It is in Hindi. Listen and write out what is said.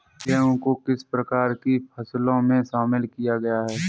गेहूँ को किस प्रकार की फसलों में शामिल किया गया है?